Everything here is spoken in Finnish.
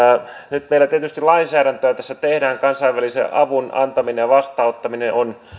nyt meillä tietysti lainsäädäntöä tässä tehdään ja kansainvälisen avun antaminen ja vastaanottaminen on